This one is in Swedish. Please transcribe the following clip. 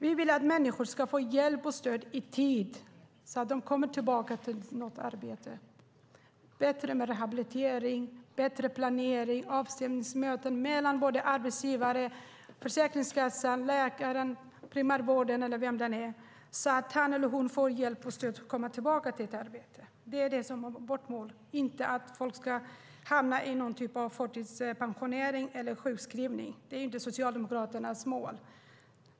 Vi vill att människor ska få hjälp och stöd i tid så att de kommer tillbaka till något arbete. Vi vill ha bättre rehabilitering, bättre planering, avstämningsmöten mellan arbetsgivare, Försäkringskassan, läkare, primärvården eller vem det nu är, så att han eller hon får hjälp och stöd att komma tillbaka till ett arbete. Det är det som är vårt mål, inte att folk ska hamna i någon typ av förtidspensionering eller sjukskrivning. Det är inte Socialdemokraternas mål.